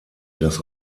das